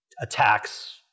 attacks